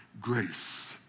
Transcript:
grace